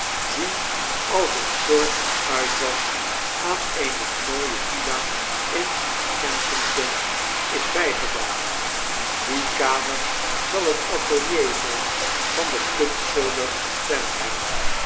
die als een soort van uitwas aan eene raooie villa in kensington is bygebouwd die kamer zal het atelier zyn van den kunstschilder